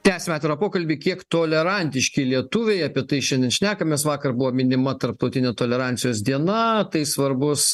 tęsiame atvirą pokalbį kiek tolerantiški lietuviai apie tai šiandien šnekamės vakar buvo minima tarptautinė tolerancijos diena tai svarbus